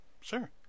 Sure